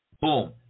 Boom